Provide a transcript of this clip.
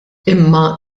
imma